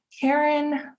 Karen